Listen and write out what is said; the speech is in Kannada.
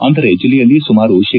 ಅಂದರೆ ಜಿಲ್ಲೆಯಲ್ಲಿ ಸುಮಾರು ಶೇ